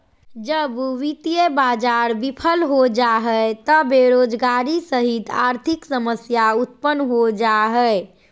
जब वित्तीय बाज़ार बिफल हो जा हइ त बेरोजगारी सहित आर्थिक समस्या उतपन्न हो जा हइ